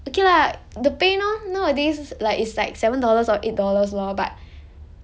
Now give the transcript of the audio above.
okay lah the pay now nowadays is like it's like seven dollars or eight dollars lor but